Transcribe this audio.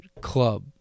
club